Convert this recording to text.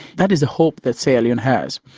that is the hope that sierra leone has,